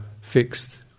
fixed